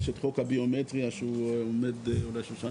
יש את חוק הביומטריה שהוא עומד להסתיים.